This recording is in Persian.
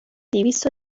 دویست